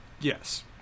Yes